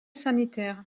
sanitaires